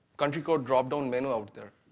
country code drop down menu out there.